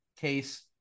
Case